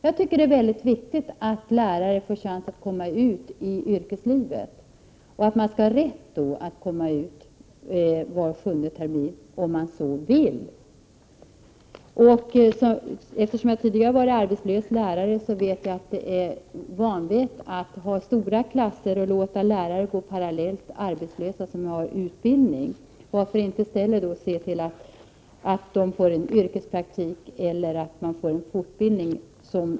Jag tycker att det är väldigt viktigt att lärare får en chans att komma ut i yrkeslivet och att man skall ha rätt att komma ut vart sjunde år, om man så vill. Eftersom jag tidigare har varit arbetslös lärare vet jag att det är vanvett att ha stora klasser och parallellt låta utbildade lärare gå arbetslösa.